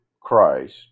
christ